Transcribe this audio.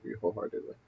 wholeheartedly